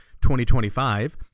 2025